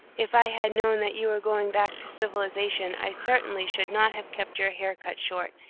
if i had known that you were going back to civilisation i certainly should not have kept your hair cut short,